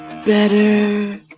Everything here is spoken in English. better